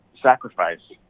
sacrifice